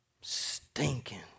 Stinking